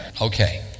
Okay